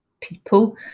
people